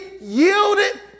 yielded